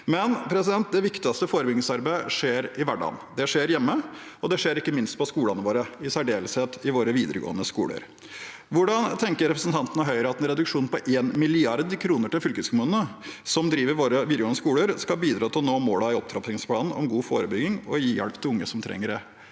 bak. Det viktigste forebyggingsarbeidet skjer i hverdagen. Det skjer hjemme, og det skjer ikke minst på skolene våre, i særdeleshet i våre videregående skoler. Hvordan tenker representanten og Høyre at en reduksjon på 1 mrd. kr til fylkeskommunene, som driver våre videregående skoler, skal bidra til å nå målene i opptrappingsplanen om god forebygging og å gi hjelp til unge som trenger det